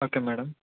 okay madam